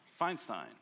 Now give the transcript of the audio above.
Feinstein